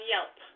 Yelp